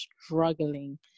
struggling